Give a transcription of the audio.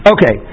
Okay